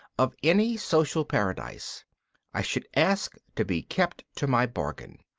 of any social paradise i should ask to be kept to my bargain,